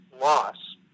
loss